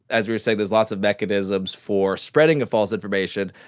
as we were saying, there's lots of mechanisms for spreading the false information,